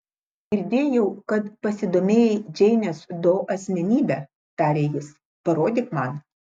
girdėjau kad pasidomėjai džeinės do asmenybe tarė jis parodyk man